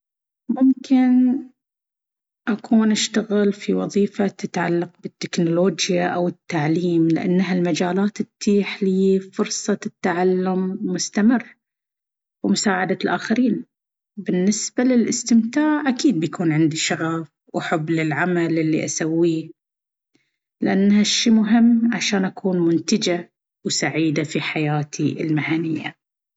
ممكن أكون أشتغل في وظيفة تتعلق بالتكنولوجيا أو التعليم، لأن هالمجالات تتيح لي فرصة للتعلم المستمر ومساعدة الآخرين. بالنسبة للاستمتاع، أكيد بيكون عندي شغف وحب للعمل اللي أسويه، لأن هالشيء مهم عشان أكون منتجة وسعيدة في حياتي المهنية.